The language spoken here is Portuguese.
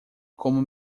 como